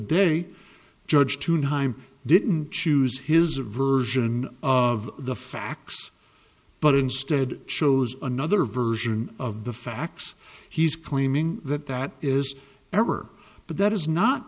day judge two haim didn't choose his version of the facts but instead chose another version of the facts he's claiming that that is ever but that is not